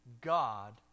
God